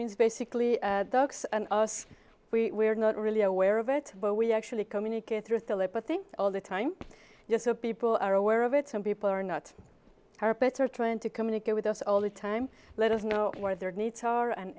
means basically ducks and us we are not really aware of it but we actually communicate through philippa think all the time so people are aware of it some people are not carpets are trying to communicate with us all the time let us know where their needs are and